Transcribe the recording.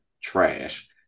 trash